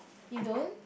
you don't